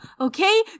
okay